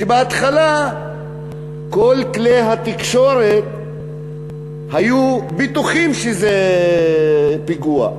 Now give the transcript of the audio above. ובהתחלה כל כלי התקשורת היו בטוחים שזה פיגוע.